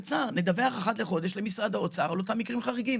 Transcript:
נדווח אחת לחודש למשרד האוצר על אותם מקרים חריגים,